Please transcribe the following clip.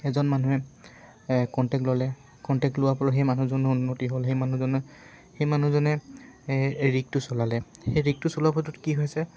এজন মানুহে কণ্টেক্ট ল'লে কণ্টেক্ট লোৱাৰ ফলত সেই মানুহজনৰো উন্নতি হ'ল সেই মানুহজনে সেই মানুহজনে ৰিকটো চলালে সেই ৰিকটো চলোৱাৰ ফলত কি হৈছে